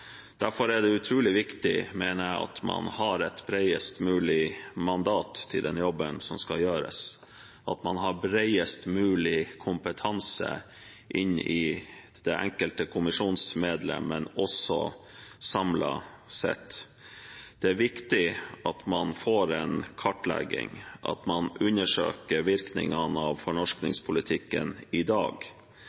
mulig mandat til den jobben som skal gjøres, at man har bredest mulig kompetanse i det enkelte kommisjonsmedlemmet, men også samlet sett. Det er viktig at man får en kartlegging, at man undersøker virkningene av fornorskningspolitikken i dag.